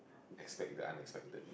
expect the unexpected